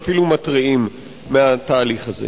ואפילו מתריעים על התהליך הזה.